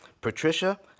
patricia